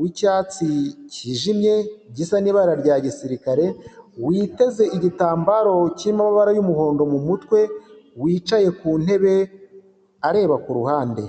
wicyatsi kijimye gisa n'ibara rya gisirikare, witeze igitambaro cy'amabara y'umuhondo mu mutwe, wicaye ku ntebe areba ku ruhande.